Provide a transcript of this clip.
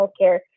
healthcare